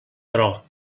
però